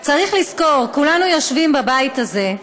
צריך לזכור: כולנו יושבים בבית הזה,